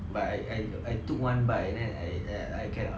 but I I I took one bite and then I I cannot